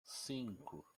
cinco